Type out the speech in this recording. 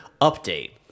update